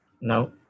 No